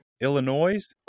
Illinois